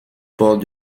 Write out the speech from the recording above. port